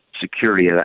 security